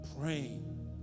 praying